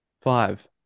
Five